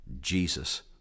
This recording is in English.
Jesus